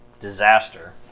Disaster